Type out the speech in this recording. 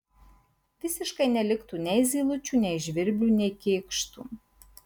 visiškai neliktų nei zylučių nei žvirblių nei kėkštų